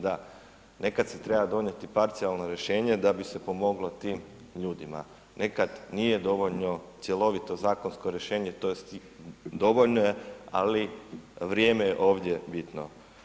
Da, nekad se treba donijeti parcijalno rješenje da bi se pomoglo tim ljudima, nekad nije dovoljno cjelovito zakonsko rješenje tj. dovoljno je ali vrijeme je ovdje bitno.